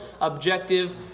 objective